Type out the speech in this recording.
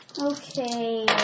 Okay